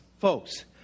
folks